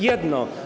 Jedno.